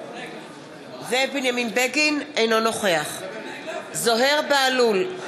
אינו נוכח זוהיר בהלול,